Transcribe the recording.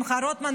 שמחה רוטמן,